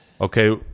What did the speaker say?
Okay